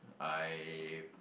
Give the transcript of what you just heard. I